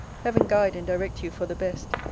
heaven guide and direct you for the best,